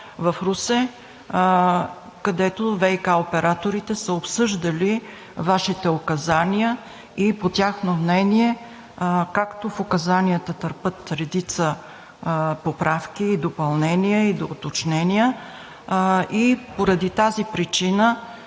в Русе, където ВиК операторите са обсъждали Вашите указания. По тяхно мнение указанията търпят редица поправки, допълнения и доуточнения, поради тази причина